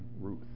Ruth